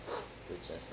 which is